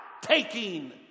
taking